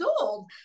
old